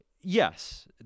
yes